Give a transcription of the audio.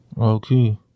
okay